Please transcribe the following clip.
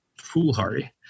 foolhardy